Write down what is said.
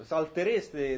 Saltereste